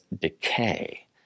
decay